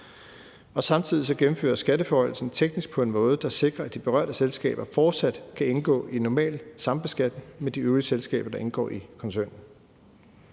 Samtidig gennemføres skatteforhøjelsen teknisk på en måde, der sikrer, at de berørte selskaber fortsat kan indgå i en normal sambeskatning med de øvrige selskaber, der indgår i koncernen.